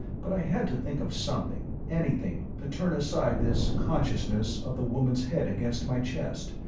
but i had to think of something, anything to turn aside this consciousness of the woman's head against my chest,